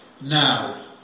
Now